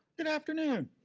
good afternoon.